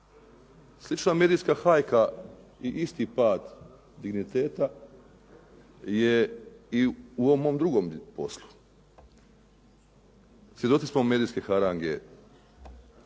Slična medijska hajka i isti pad digniteta je i u ovom mom drugom poslu. Svjedoci smo medijske harange